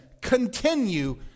continue